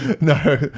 No